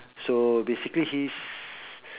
so basically his